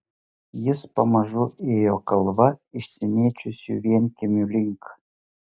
jis pamažu ėjo kalva išsimėčiusių vienkiemių link